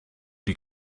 die